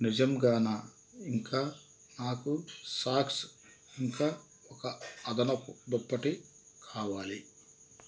నిజంగానా ఇంకా నాకు సాక్స్ ఇంకా ఒక అదనపు దుప్పటి కావాలి